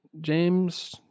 James